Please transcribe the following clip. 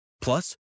Plus